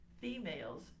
females